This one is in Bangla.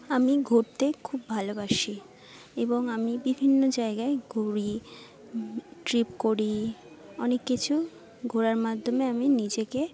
আমি ঘুরতে খুব ভালোবাসি এবং আমি বিভিন্ন জায়গায় ঘুরি ট্রিপ করি অনেক কিছু ঘোরার মাধ্যমে আমি নিজেকে